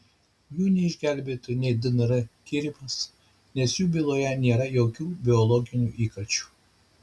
jų neišgelbėtų nei dnr tyrimas nes jų byloje nėra jokių biologinių įkalčių